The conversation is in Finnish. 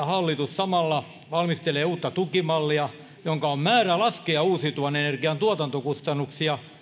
hallitus samalla valmistelee uutta tukimallia jonka on määrä laskea uusiutuvan energian tuotantokustannuksia